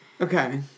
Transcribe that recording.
Okay